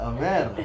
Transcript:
Amer